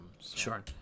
sure